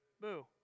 Boo